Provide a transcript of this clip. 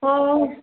ହେଉ